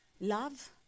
love